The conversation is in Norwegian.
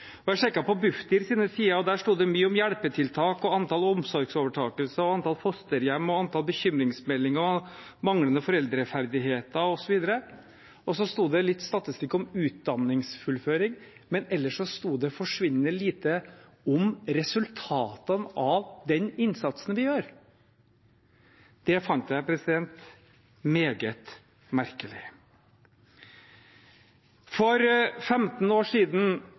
barnevernsbarna. Jeg sjekket på Bufdirs sider, og der sto det mye om hjelpetiltak, antall omsorgsovertakelser, antall fosterhjem, antall bekymringsmeldinger, manglende foreldreferdigheter, osv., og så var det litt statistikk om utdanningsfullføring, men ellers sto det forsvinnende lite om resultatene av den innsatsen vi gjør. Det fant jeg meget merkelig. For 15 år siden